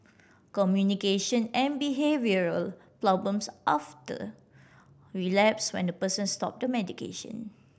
communication and behavioural problems often relapse when the person stops the medication